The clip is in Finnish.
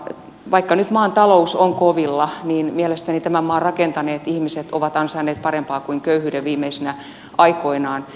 vaikka nyt maan talous on kovilla niin mielestäni tämän maan rakentaneet ihmiset ovat ansainneet parempaa kuin köyhyyden viimeisinä aikoinaan